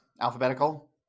alphabetical